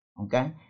okay